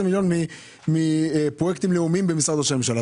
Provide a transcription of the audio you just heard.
מיליון מפרויקטים לאומיים במשרד ראש הממשלה.